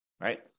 right